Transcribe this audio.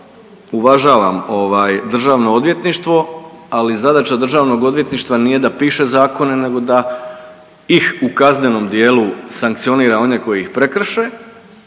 uvažavam, uvažavam ovaj, DORH, ali zadaća DORH-a nije da piše zakone nego da ih u kaznenom dijelu sankcionira one koji ih prekrše,